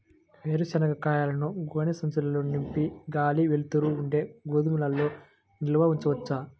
వేరుశనగ కాయలను గోనె సంచుల్లో నింపి గాలి, వెలుతురు ఉండే గోదాముల్లో నిల్వ ఉంచవచ్చా?